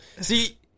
See